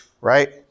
Right